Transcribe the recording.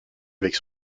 avec